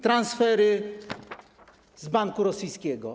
Transfery z banku rosyjskiego.